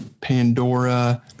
Pandora